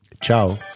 Ciao